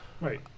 Right